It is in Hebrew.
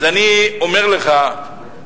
אז אני אומר לך: